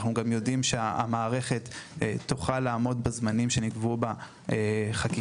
אנחנו גם יודעים שהמערכת תוכל לעמוד בזמנים שנקבעו בחקיקה.